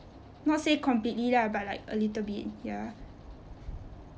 not say completely lah but like a little bit ya